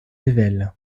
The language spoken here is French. ayvelles